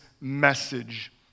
message